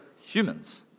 humans